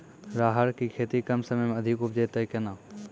राहर की खेती कम समय मे अधिक उपजे तय केना?